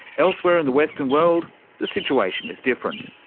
elsewhere in the western world the situation is different.